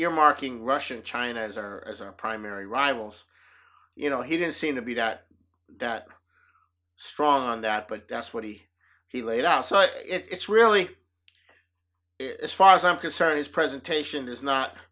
you're marking russia and china as our primary rivals you know he didn't seem to be that that strong on that but that's what he he laid out so it's really as far as i'm concerned his presentation is not